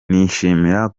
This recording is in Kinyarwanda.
nishimira